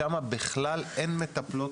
שם כמעט ואין מטפלות,